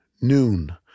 noon